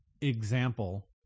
example